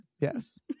yes